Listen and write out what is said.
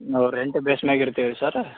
ನಾವು ರೆಂಟ್ ಬೇಸ್ನ್ಯಾಗ ಇರ್ತೀವಿ ಸರ್